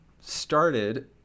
started